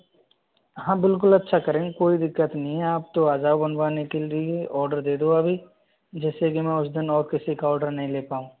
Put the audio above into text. हाँ बिल्कुल अच्छा करेंगे कोई दिक्कत नहीं है आप तो आ जाओ बनवाने के लिए आर्डर दे दो अभी जिससे की मैं उस दिन और किसी का आर्डर नहीं ले पाऊं